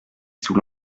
sous